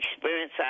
experience